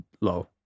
low